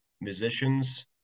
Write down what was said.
Musicians